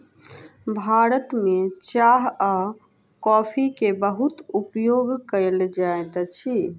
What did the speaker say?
भारत में चाह आ कॉफ़ी के बहुत उपयोग कयल जाइत अछि